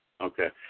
Okay